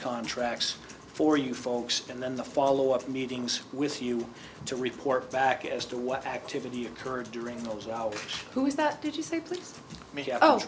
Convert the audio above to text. contracts for you folks and then the follow up meetings with you to report back as to what activity occurred during those hours who is that did you say please